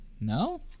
no